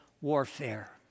warfare